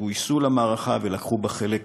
שגויסו למערכה ולקחו בה חלק כאזרחים.